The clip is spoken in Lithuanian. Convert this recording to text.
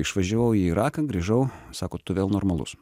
išvažiavau į iraką grįžau sako tu vėl normalus